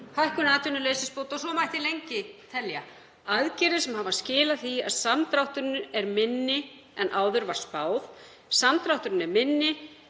hækkun atvinnuleysisbóta og svo mætti lengi telja. Aðgerðir sem hafa skilað því að samdrátturinn er minni en áður var spáð. Samdrátturinn er minni.